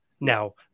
Now